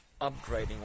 upgrading